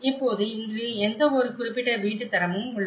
இப்போது இன்று எந்தவொரு குறிப்பிட்ட வீட்டுத் தரமும் உள்ளன